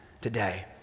today